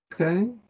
Okay